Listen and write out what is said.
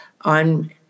on